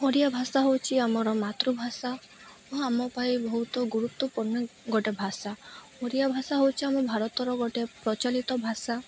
ଓଡ଼ିଆ ଭାଷା ହେଉଛି ଆମର ମାତୃଭାଷା ଓ ଆମ ପାଇଁ ବହୁତ ଗୁରୁତ୍ୱପୂର୍ଣ୍ଣ ଗୋଟେ ଭାଷା ଓଡ଼ିଆ ଭାଷା ହେଉଛି ଆମେ ଭାରତର ଗୋଟେ ପ୍ରଚଳିତ ଭାଷା